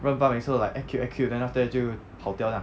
热巴每次都 like act cute act cute then after that 就跑掉这样